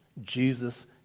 jesus